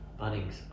Bunnings